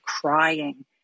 crying